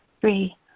Three